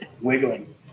wiggling